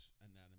Anatomy